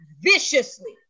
viciously